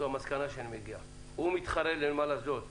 לנמל אשדוד,